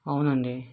అవునండి